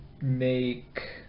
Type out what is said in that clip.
make